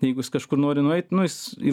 jeigu jis kažkur nori nueit nu jis